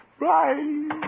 Bye